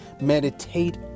meditate